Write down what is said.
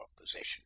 possession